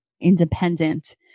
independent